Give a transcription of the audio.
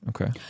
Okay